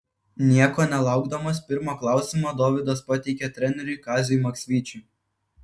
nieko nelaukdamas pirmą klausimą dovydas pateikė treneriui kaziui maksvyčiui